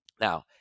Now